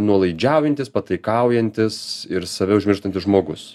nuolaidžiaujantis pataikaujantis ir save užmirštantis žmogus